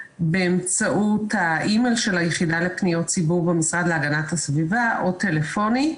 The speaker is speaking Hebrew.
באמצעות האי-מייל של היחידה לפניות הציבור במשרד להגנת הסביבה או טלפונית.